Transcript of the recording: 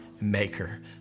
maker